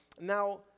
Now